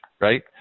right